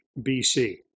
BC